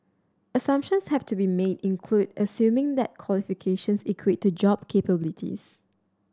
assumptions have to be made include assuming that qualifications equate to job capabilities